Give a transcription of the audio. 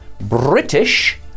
British